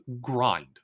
grind